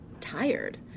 tired